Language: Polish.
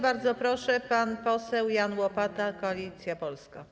Bardzo proszę, pan poseł Jan Łopata, Koalicja Polska.